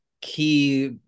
key